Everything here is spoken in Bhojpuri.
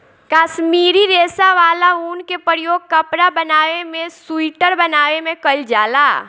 काश्मीरी रेशा वाला ऊन के प्रयोग कपड़ा बनावे में सुइटर बनावे में कईल जाला